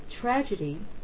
tragedy